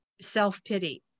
self-pity